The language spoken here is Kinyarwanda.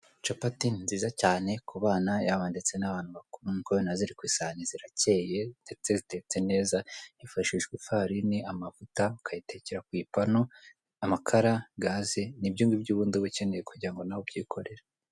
Capati ni nziza cyane ku bana yaba ndetse n'abantu bakuru, muri kubibona ziri ku isahani ziracyeye ndetse zitetse neza hifashishwa ifarini, amavuta ukayitekera ku ipanu. Amakara, gaze ni ibyongibyo ubundi uba ukeneye kugirango nawe ubyikorere.